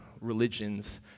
religions